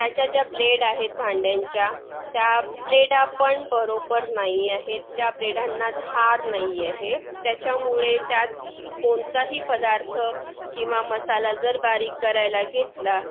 त्याच्या ज्या ब्लेड आहेत भांड्यांच्या त्या ब्लेडापण बरोबर नाही आहेत त्या ब्लेडांना धार नाही आहे त्याच्यामुळे त्यात कोणताही पदार्थ किंवा मसाला जर बारीक करायला घेतला